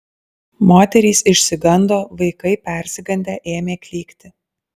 moterys išsigando vaikai persigandę ėmė klykti